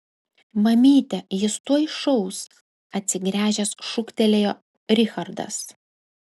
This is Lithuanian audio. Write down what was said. mamyte jis tuoj šaus atsigręžęs šūktelėjo richardas